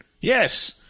Yes